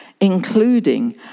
including